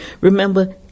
Remember